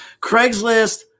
Craigslist